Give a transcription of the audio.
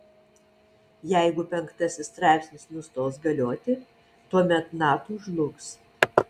jeigu penktasis straipsnis nustos galioti tuomet nato žlugs